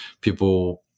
People